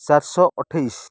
ଚାରଶହ ଅଠେଇଶି